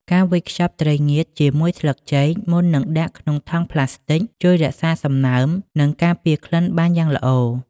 ការវេចខ្ចប់ត្រីងៀតជាមួយស្លឹកចេកមុននឹងដាក់ក្នុងថង់ប្លាស្ទិក ជួយរក្សាសំណើម និងការពារក្លិនបានយ៉ាងល្អ។